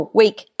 week